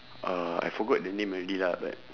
uh I forgot the name already lah but